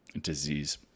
disease